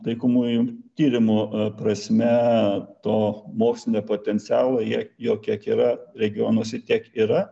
taikomųjų tyrimų prasme to mokslinio potencialo jei jo kiek yra regionuose tiek yra